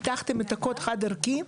שפיתחתם את הקוד חד ערכי.